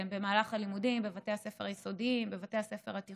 הלימודים בבתי הספר היסודיים והתיכוניים,